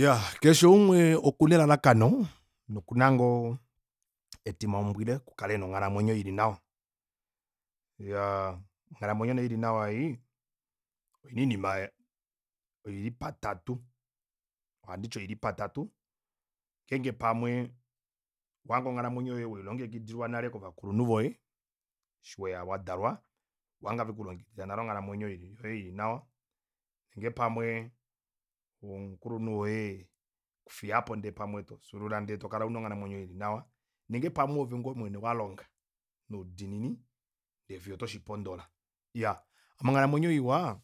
Iyaa keshe umwe okuna elalakano nokuna ngoo etimaumbwile oku kala ena onghalamwenyo ili nawa iyaa onghalamwenyo nee ili nawa ei oina oinima oili patatu ohanditi oili patatu ngeenge pamwe owahanga weilongekidilwa nale kovakulunhu voye eshi weya wadalwa owahanga nale vekulongekidila nale onghalamwenyo ili nawa nenge pamwe omuulunhu woye ekufiyapo ndee tofyuulula ndee tokala una onghalamwenyo ili nawa nenge pamwe oove ngoo nee mwene walonga noudiinini ndee fiyo oto shipondola iyaa ame onghalamwenyo iwa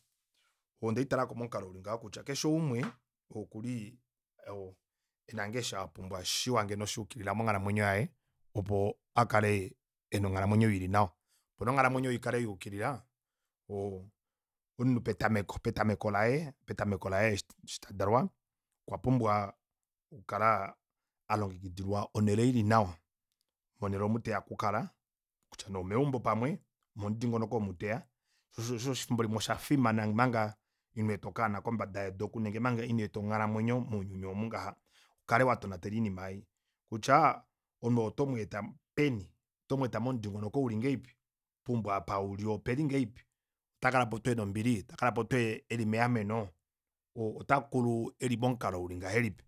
ondeitalako momukalo uli ngaha kutya keshe umwe okuli oo ena ngoo eshi apumbwa shiwa ngeno shayukilila monghalamwenyo yaye opo akale ena onghalamwenyo ilinawa opo nee onghalamwenyo ikale yayukilila omunhu petameko petameko petameko laye eshi tadalwa okwa pumbwa oku kala alongekidilwa onele ili nawa kutya nee omeumbo pamwe omomudingonoko omu teya sho osho efimbo limwe oshafimana omanga inweeta okaana kombada yedu omanga inweeta nenge onghalamwenyo mounyuni omu ngaha ukale watonatela oinima ei kutya omunhu oo oto mweeta peni oto mweeta momudingonoko uli ngahelipi peumbo apa uli opeli ngahelipi ota kalapo tuu ena ombili otakalapo tuu eli meameno ota kulu eli momukalo uli ngahelipi